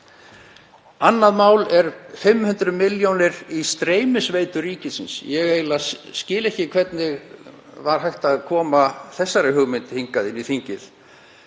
Annað mál er 500 milljónir í streymisveitu ríkisins. Ég eiginlega skil ekki hvernig var hægt að koma þessari hugmynd hingað inn í þingið.